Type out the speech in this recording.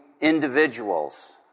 individuals